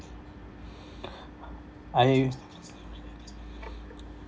are you